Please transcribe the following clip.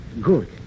Good